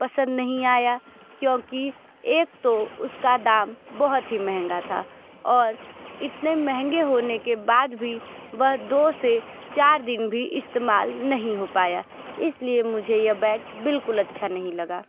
पसंद नहीं आया क्योंकि एक तो उसका दाम बहुत ही महंगा था और इतने महंगे होने के बाद भी वह दो से चार दिन भी इस्तेमाल नहीं हो पाया इसलिए मुझे यह बैग बिल्कुल अच्छा नहीं लगा